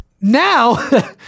Now